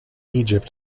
egypt